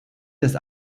des